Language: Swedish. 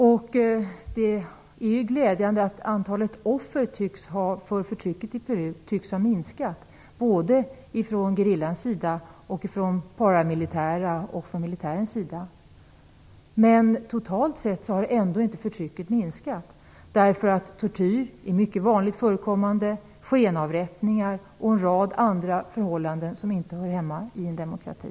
Det är glädjande att antalet offer för förtrycket i Peru tycks ha minskat. Det gäller förtrycket från såväl gerillans sida som från de paramilitäras sida och militärens sida. Men förtrycket har ändå inte minskat totalt sett. Tortyr är mycket vanligt förekommande. Skenavrättningar sker, och det finns en rad andra förhållanden som inte hör hemma i en demokrati.